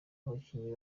abakinnyi